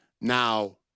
Now